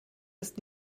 ist